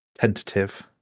tentative